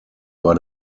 bei